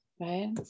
Right